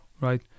right